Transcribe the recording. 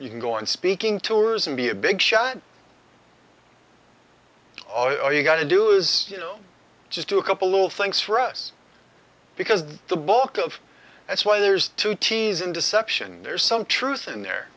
you can go on speaking tours and be a big shot all you've got to do is you know just do a couple little things for us because the bulk of that's why there's two t's in deception there's some truth in there